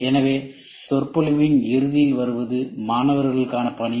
எனவே சொற்பொழிவின் இறுதியில் வருவது மாணவர்களுக்கான பணி